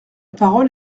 parole